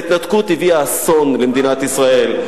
ההתנתקות הביאה אסון למדינת ישראל,